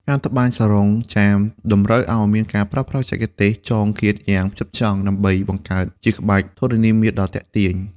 ការត្បាញសារុងចាមតម្រូវឱ្យមានការប្រើប្រាស់បច្ចេកទេសចងគាតយ៉ាងផ្ចិតផ្ចង់ ដើម្បីបង្កើតជាក្បាច់ធរណីមាត្រដ៏ទាក់ទាញ។